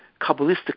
Kabbalistic